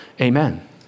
amen